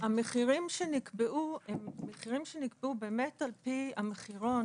המחירים שנקבעו, הם נקבעו על פי המחירון